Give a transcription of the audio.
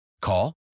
Call